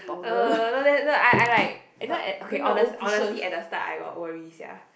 uh no leh no I I like you know okay honest honestly at the start I got worry sia